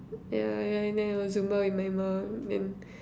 yeah yeah and then I'll Zumba with my mum then